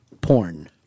porn